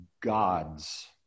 gods